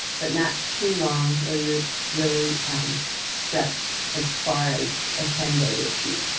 but not too long, where you're really stretched, as far as a ten day retreat.